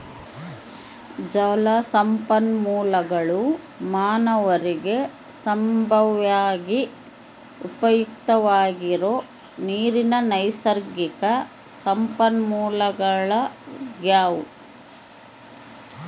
ಜಲಸಂಪನ್ಮೂಲಗುಳು ಮಾನವರಿಗೆ ಸಂಭಾವ್ಯವಾಗಿ ಉಪಯುಕ್ತವಾಗಿರೋ ನೀರಿನ ನೈಸರ್ಗಿಕ ಸಂಪನ್ಮೂಲಗಳಾಗ್ಯವ